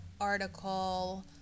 article